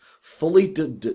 Fully